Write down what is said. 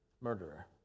murderer